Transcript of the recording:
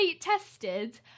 tested